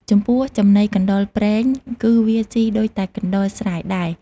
ចំពោះចំណីកណ្តុរព្រែង គឺវាសុីដូចតែកណ្តុរស្រែដែរ។